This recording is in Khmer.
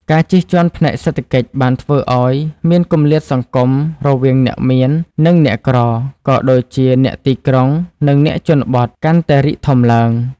ការជិះជាន់ផ្នែកសេដ្ឋកិច្ចបានធ្វើឱ្យ មានគម្លាតសង្គម រវាងអ្នកមាន និងអ្នកក្រ ក៏ដូចជាអ្នកទីក្រុង និងអ្នកជនបទ កាន់តែរីកធំឡើង។